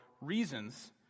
reasons